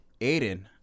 Aiden